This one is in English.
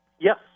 Yes